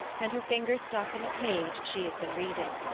and her finger stuck in the page she has been reading.